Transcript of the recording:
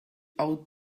ought